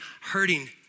hurting